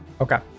Okay